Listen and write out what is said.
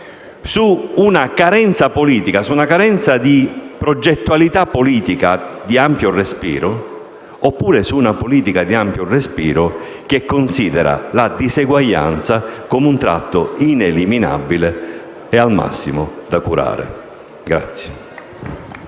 una pezza su una carenza di progettualità politica di ampio respiro, oppure su una politica di ampio respiro che considera la disuguaglianza come un tratto ineliminabile e, al massimo, da curare.